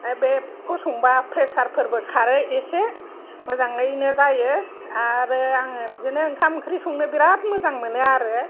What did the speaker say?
आरो बेखौ संबा प्रेसारफोरबो खारो एसे मोजाङैनो जायो आरो आङो बिदिनो ओंखाम ओंख्रि संनो बिराद मोजां मोनो आरो